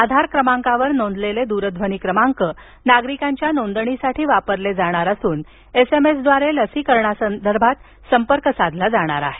आधार क्रमांकावर नोंदलेले दूरध्वनी क्रमांक नागरिकांच्या नोंदणीसाठी वापरले जाणार असून एसएमएस द्वारे लसीकरणाबद्दल संपर्क साधला जाणार आहे